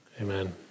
Amen